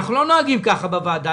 אנחנו לא נוהגים ככה בוועדה.